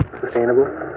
sustainable